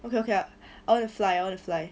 okay okay I want to fly I want to fly